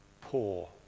poor